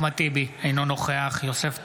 אינו נוכח יוסף טייב,